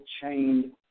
chained